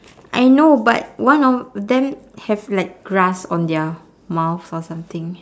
I know but one of them have like grass on their mouth or something